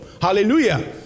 Hallelujah